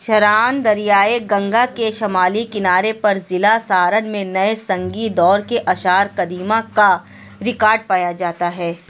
چراند دریائے گنگا کے شمالی کنارے پر ضلع سارن میں نئے سنگی دور کے آثار قدیمہ کا ریکارڈ پایا جاتا ہے